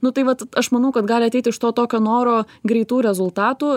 nu tai vat aš manau kad gali ateiti iš to tokio noro greitų rezultatų